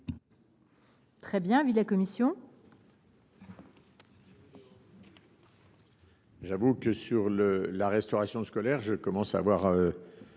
Quel est l’avis de la commission ? J’avoue que, sur la restauration scolaire, je commence à avoir